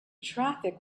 traffic